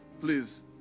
Please